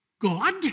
God